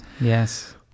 Yes